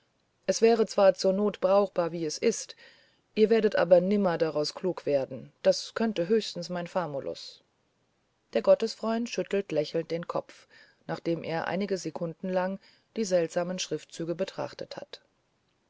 es wäre zwar zur not brauchbar wie es ist ihr werdet aber nimmer daraus klug werden das könnte höchstens mein famulus der gottesfreund schüttelt lächelnd den kopf nachdem er einige sekunden lang die seltsamen schriftzüge betrachtet hat